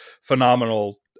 phenomenal